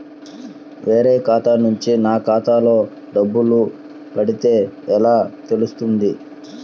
వేరే ఖాతా నుండి నా ఖాతాలో డబ్బులు పడితే ఎలా తెలుస్తుంది?